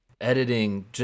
editing